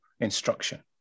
instruction